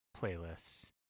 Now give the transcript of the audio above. playlists